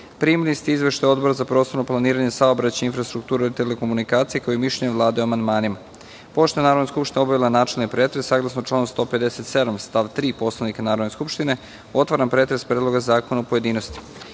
ste izveštaj Odbora za prostorno planiranje, saobraćaj, infrastrukturu i telekomunikacije, kao i mišljenje Vlade o amandmanima. Pošto je Narodna skupština obavila načelni pretres, saglasno članu 157. stav 3. Poslovnika Narodne skupštine, otvaram pretres Predloga zakona u pojedinostima. Pošto